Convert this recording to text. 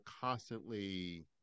constantly